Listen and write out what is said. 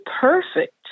perfect